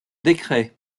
décret